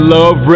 Love